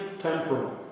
temporal